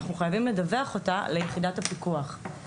אנחנו חייבים לדווח אותה ליחידת הפיקוח.